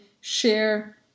share